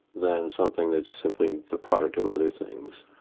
than something that's simply the product of other things.